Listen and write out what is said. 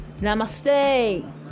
Namaste